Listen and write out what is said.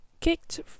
kicked